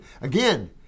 Again